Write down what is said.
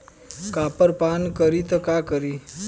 Copper पान करी त का करी?